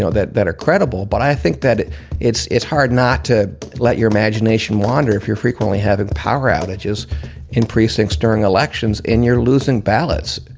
so that that are credible. but i think that it is hard not to let your imagination wander if you're frequently having power outages in precincts during elections, in your losing ballots.